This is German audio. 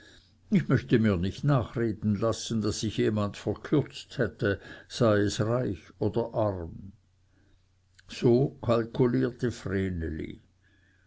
ich möchte mir nicht nachreden lassen daß ich jemand verkürzt hätte sei es reich oder arm so kalkulierte